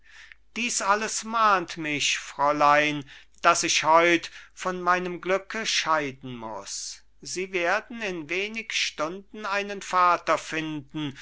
dies alles mahnt mich fräulein daß ich heut von meinem glücke scheiden muß sie werden in wenig stunden einen vater finden